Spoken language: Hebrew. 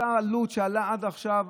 אותה עלות שעלתה עד עכשיו,